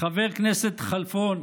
חבר הכנסת כלפון,